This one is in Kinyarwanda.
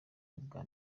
ubwa